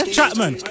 Chapman